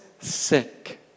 sick